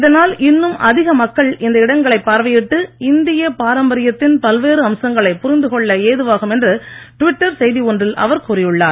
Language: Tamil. இதனால் இன்னும் அதிக மக்கள் இந்த இடங்களைப் பார்வையிட்டு இந்திய பாரம்பரியத்தின் பல்வேறு அம்சங்களைப் புரிந்து கொள்ள ஏதுவாகும் என்று ட்விட்டர் செய்தி ஒன்றில் அவர் கூறியுள்ளார்